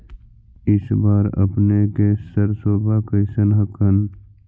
इस बार अपने के सरसोबा कैसन हकन?